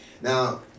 Now